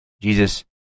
Jesus